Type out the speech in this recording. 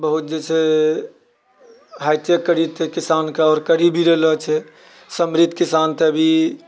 बहुत जे छै हाइ टेक करि देतै किसानके आओर करि भी रहलो छै समृद्ध किसान तऽ अभी